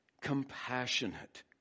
compassionate